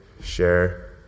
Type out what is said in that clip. share